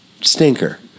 stinker